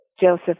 Joseph